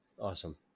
awesome